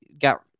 Got